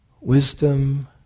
wisdom